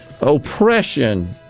oppression